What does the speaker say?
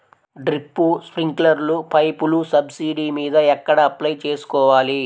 Drip, స్ప్రింకర్లు పైపులు subsidy మీద ఎక్కడ అప్లై చేసుకోవాలి?